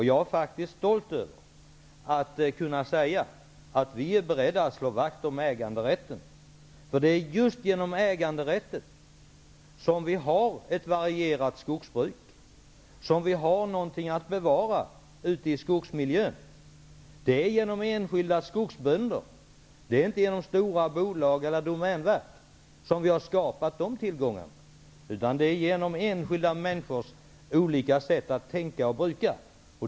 Jag är faktiskt stolt över att kunna säga att vi är beredda att slå vakt om äganderätten, för det är just genom äganderätten som vi har fått ett varierat skogsbruk, som vi har någonting att bevara i skogsmiljön. Det är genom enskilda skogsbönder, inte genom de stora bolagen eller Domänverket, som vi har skapat dessa tillgångar. Det är genom enskilda människors olika sätt att tänka och bruka.